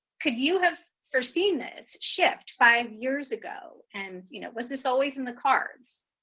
could you have foreseen this shift five years ago? and you know was this always in the cards?